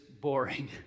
boring